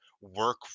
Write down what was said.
work